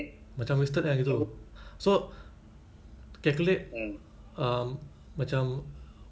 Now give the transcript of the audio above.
macam wasted kan gitu so calculate um macam